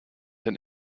dein